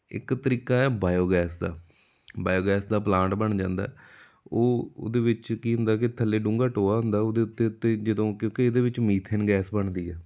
ਇੱਕ ਤਰੀਕਾ ਹੈ ਬਾਇਓਗੈਸ ਦਾ ਬਾਇਓਗੈਸ ਦਾ ਪਲਾਂਟ ਬਣ ਜਾਂਦਾ ਉਹ ਉਹਦੇ ਵਿੱਚ ਕੀ ਹੁੰਦਾ ਕਿ ਥੱਲੇ ਡੂੰਘਾ ਟੋਆ ਹੁੰਦਾ ਉਹਦੇ ਉੱਤੇ ਉੱਤੇ ਜਦੋਂ ਕਿਉਂਕਿ ਇਹਦੇ ਵਿੱਚ ਮੀਥੇਨ ਗੈਸ ਬਣਦੀ ਹੈ